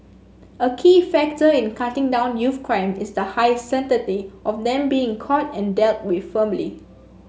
a key factor in cutting down youth crime is the high certainty of them being caught and dealt with firmly